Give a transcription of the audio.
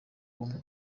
umwe